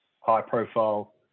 high-profile